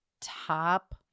top